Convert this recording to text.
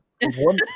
One